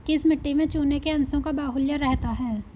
किस मिट्टी में चूने के अंशों का बाहुल्य रहता है?